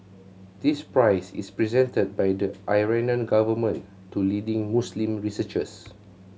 this prize is presented by the Iranian government to leading Muslim researchers